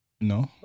No